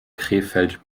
krefeld